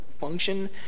function